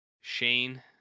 Shane